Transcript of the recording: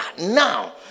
now